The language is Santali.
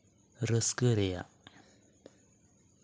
ᱨᱟᱹᱥᱠᱟᱹ ᱨᱮᱭᱟᱜ